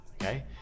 Okay